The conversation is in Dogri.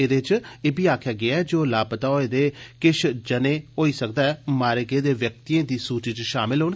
एह्दे च इब्बी आक्खेआ गेदा ऐ जे लापता होए दे किश जनें होई सकदा मारे गेदे व्यक्तिएं दी सूची च शामल होंडन